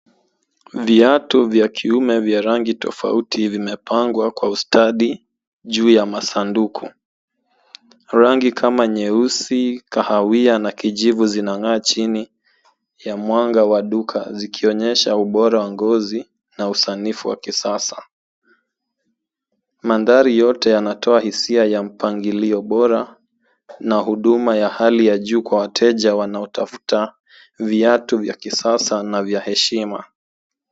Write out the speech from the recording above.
Viatu vya kiume vya rangi tofauti vimepangwa kwa ustadi juu ya masanduku. Rangi kama nyeusi, kahawia na kijivu zinang'aa chini ya mwanga wa duka zikionyesha ubora wa ngozi na usanifu wa kisasa. Mandhari yote yanatoa hisia ya mpangilio bora na huduma ya hali ya juu kwa wateja wanaotafuta viatu vya kisasa na vya heshima.